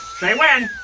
say when.